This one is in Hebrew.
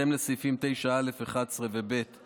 (נטילת אמצעי זיהוי ביומטריים מזרים והפקת נתוני זהות ביומטריים),